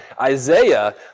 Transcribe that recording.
Isaiah